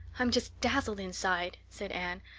i'm just dazzled inside, said anne.